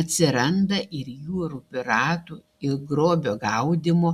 atsiranda ir jūrų piratų ir grobio gaudymo